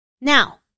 Now